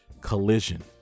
collision